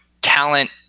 talent